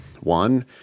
one